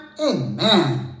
Amen